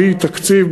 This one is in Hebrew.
בלי תקציב,